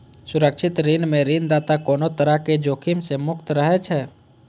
सुरक्षित ऋण मे ऋणदाता कोनो तरहक जोखिम सं मुक्त रहै छै